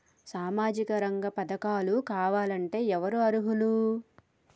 సామాజిక రంగ పథకాలు కావాలంటే ఎవరు అర్హులు?